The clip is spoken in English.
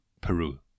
Peru